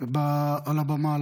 על הבמה,